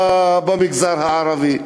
במגזר הערבי.